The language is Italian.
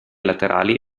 laterali